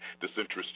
disinterested